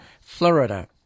Florida